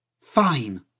Fine